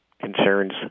concerns